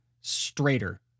straighter